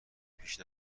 پیش